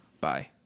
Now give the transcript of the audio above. Bye